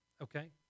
Okay